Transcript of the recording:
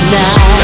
now